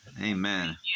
Amen